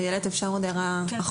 איילת, אפשר עוד הערה אחרונה?